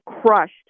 crushed